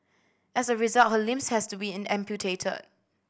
as a result her limbs has to be amputated